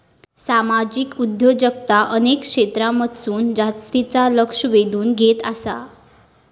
सामाजिक उद्योजकता अनेक क्षेत्रांमधसून जास्तीचा लक्ष वेधून घेत आसा